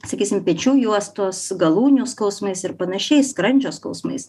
sakysim pečių juostos galūnių skausmais ir panašiai skrandžio skausmais